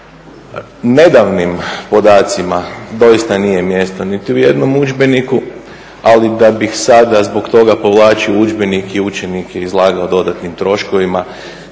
nedavnim podacima doista nije mjesto niti u jednom udžbeniku ali da bih sada zbog toga povlačio udžbenike i učenike izlagao dodatnim troškovima